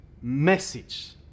message